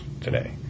today